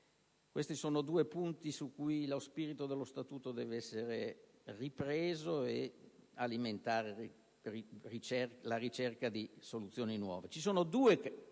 Questi sono due aspetti su cui lo spirito dello Statuto deve essere ripreso, anche per alimentare la ricerca di soluzioni nuove.